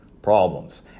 Problems